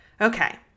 Okay